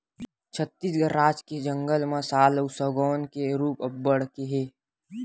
छत्तीसगढ़ राज के जंगल म साल अउ सगौन के रूख अब्बड़ के हे